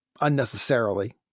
unnecessarily